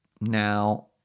Now